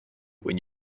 when